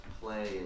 play